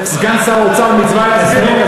סגן שר האוצר, מצווה להסביר לו.